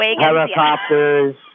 helicopters